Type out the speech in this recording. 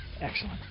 Excellent